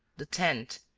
the tent,